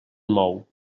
mou